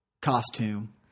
costume